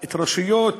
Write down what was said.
את הרשויות